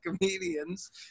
comedians